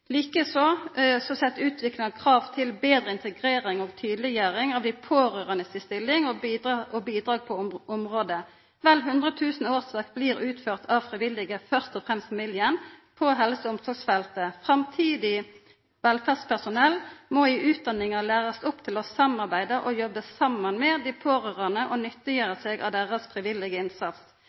Like eins set utviklinga krav til betre integrering og tydeleggjering av dei pårørande si stilling og deira bidrag på området. Vel 100 000 årsverk blir utførte av frivillige, først og fremst familien, på helse- og omsorgsfeltet. Framtidig velferdspersonell må i utdanninga lærast opp til å samarbeida og jobba saman med dei pårørande og nyttiggjera seg deira frivillige innsats.